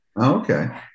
Okay